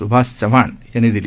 स्भाष चव्हाण यांनी दिली